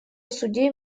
судей